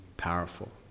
Powerful